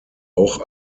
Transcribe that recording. auch